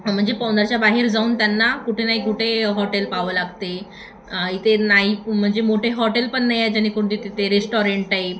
म्हणजे पवनारच्या बाहेर जाऊन त्यांना कुठे नाही कुठे हॉटेल पाहावं लागते इथे नाही म्हणजे मोठे हॉटेल पण नाही आहे जाणे कोणती तिथे रेस्टॉरेंट टाईप